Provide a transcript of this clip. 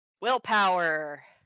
Willpower